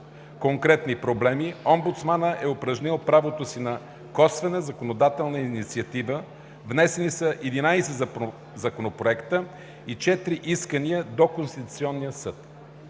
конкретни проблеми омбудсманът е упражнил правото си на косвена законодателна инициатива – внесени са 11 законопроекта и 4 искания до Конституционния съд.